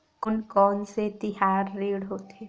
कोन कौन से तिहार ऋण होथे?